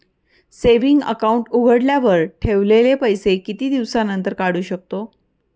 Saving account उघडल्यावर ठेवलेले पैसे किती दिवसानंतर काढू शकतो?